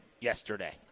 yesterday